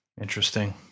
Interesting